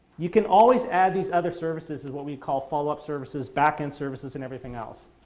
you can always add these other services is what we call follow-up services, back end services and everything else.